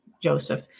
Joseph